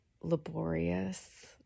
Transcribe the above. laborious